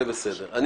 זה בסדר.